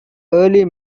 early